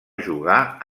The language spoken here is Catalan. jugà